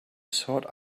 sought